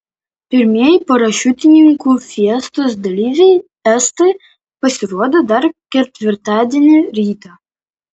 pirmieji parašiutininkų fiestos dalyviai estai pasirodė dar ketvirtadienį rytą